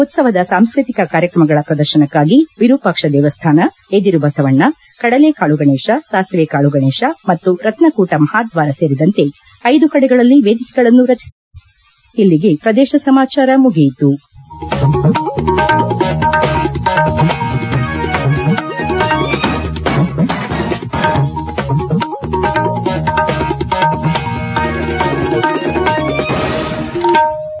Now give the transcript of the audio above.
ಉತ್ತವದ ಸಾಂಸ್ಕತಿಕ ಕಾರ್ಯಕ್ರಮಗಳ ಪ್ರದರ್ಶನಕ್ಕಾಗಿ ವಿರೂಪಾಕ್ಷ ದೇವಸ್ಥಾನ ಎದಿರು ಬಸವಣ್ಣ ಕಡಲೆಕಾಳು ಗಣೇಶ ಸಾಸಿವೆಕಾಳು ಗಣೇಶ ಮತ್ತು ರತ್ನಕೂಟ ಮಹಾಧ್ವಾರ ಸೇರಿದಂತೆ ಐದು ಕಡೆಗಳಲ್ಲಿ ವೇದಿಕೆಗಳನ್ನು ರಚಿಸಲಾಗಿದೆ